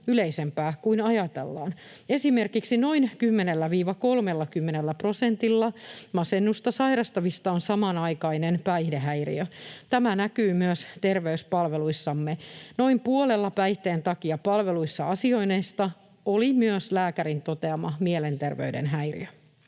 yleisempää kuin ajatellaan. Esimerkiksi noin 10–30 prosentilla masennusta sairastavista on samanaikainen päihdehäiriö. Tämä näkyy myös terveyspalveluissamme. Noin puolella päihteen takia palveluissa asioineista oli myös lääkärin toteama mielenterveyden häiriö.